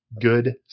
good